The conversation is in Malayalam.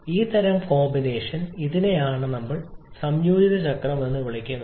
ഈ തരം കോമ്പിനേഷൻ ഇതിനെയാണ് ഞങ്ങൾ സംയോജിത ചക്രം എന്ന് വിളിക്കുന്നത്